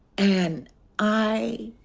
and i.